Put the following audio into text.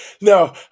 No